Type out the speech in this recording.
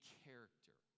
character